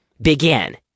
Begin